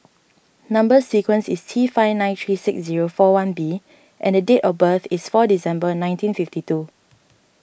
Number Sequence is T five nine three six zero four one B and date of birth is four December nineteen fifty two